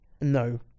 No